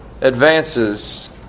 advances